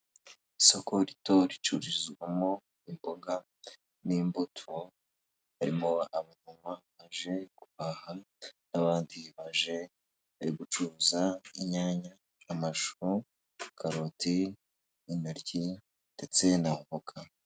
Isoko rito ricururizwamo imboga n'imbuto harimo abamama baje guhaha n'abandi baje bari gucuruza inyanya, amashu, karoti, intoryi ndetse n'avoka.